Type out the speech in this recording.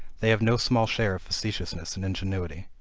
they have no small share of facetiousness and ingenuity.